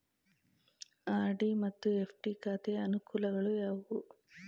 RD ಮತ್ತು FD ಖಾತೆಯ ಅನುಕೂಲಗಳು ಯಾವುವು?